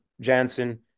Janssen